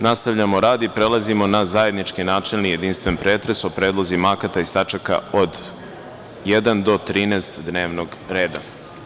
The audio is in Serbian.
Nastavljamo rad i prelazimo na zajednički načelni i jedinstveni pretres o predlozima akata iz tačaka od 1. do 13. dnevnog reda.